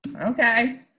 Okay